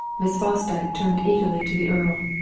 miss fosdyke turned eagerly to the earl.